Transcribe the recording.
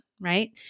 right